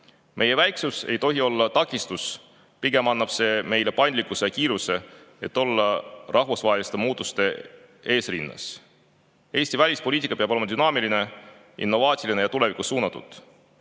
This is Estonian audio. Meie väiksus ei tohi olla takistus, pigem annab see meile paindlikkuse ja kiiruse, et olla rahvusvaheliste muutuste eesrinnas. Eesti välispoliitika peab olema dünaamiline, innovaatiline ja tulevikku suunatud.